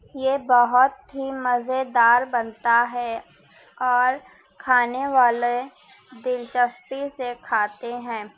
یہ بہت ہی مزیدار بنتا ہے اور کھانے والے دلچسپی سے کھاتے ہیں